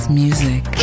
music